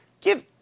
Give